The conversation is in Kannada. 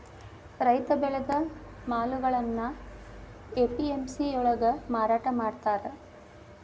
ರೈತ ಬೆಳೆದ ಮಾಲುಗಳ್ನಾ ಎ.ಪಿ.ಎಂ.ಸಿ ಯೊಳ್ಗ ಮಾರಾಟಮಾಡ್ತಾರ್